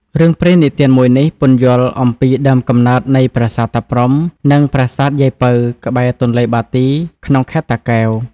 រឿងព្រេងនិទានមួយនេះ ពន្យល់អំពីដើមកំណើតនៃប្រាសាទតាព្រហ្ម និងប្រាសាទយាយពៅ ក្បែរទន្លេបាទី ក្នុងខេត្តតាកែវ។